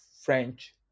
French